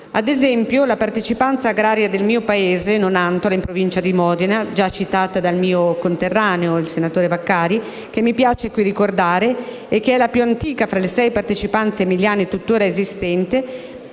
Ad esempio, la Partecipanza agraria del mio paese, Nonantola, in Provincia di Modena - già citata dal mio conterraneo, senatore Vaccari - che mi piace qui ricordare e che è la più antica fra le sei Partecipanze emiliane tuttora esistenti,